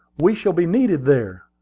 we shall be needed there.